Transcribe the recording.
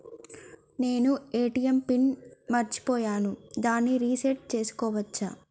నేను ATM PIN ని మరచిపోయాను దాన్ని రీ సెట్ చేసుకోవచ్చా?